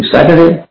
Saturday